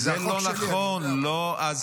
זה לא נכון, לא --- זה החוק שלי, אני יודע.